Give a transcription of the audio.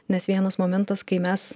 nes vienas momentas kai mes